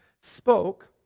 spoke